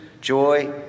joy